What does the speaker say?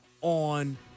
on